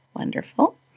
Wonderful